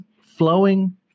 flowing